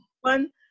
one